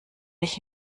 ich